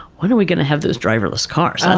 when are we going to have those driverless cars?